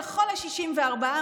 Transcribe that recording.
לכל ה-64,